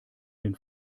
den